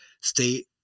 stay